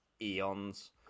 eons